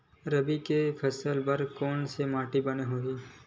रबी के फसल बर कोन से माटी बने होही?